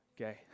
okay